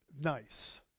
Nice